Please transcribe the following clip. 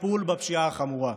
בטיפול בפשיעה החמורה,